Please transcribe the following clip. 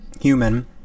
human